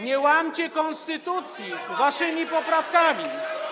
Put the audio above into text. Nie łamcie konstytucji waszymi poprawkami.